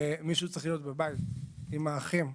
מישהו צריך להיות בבית עם האחים,